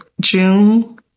June